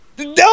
No